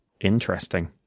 Interesting